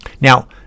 Now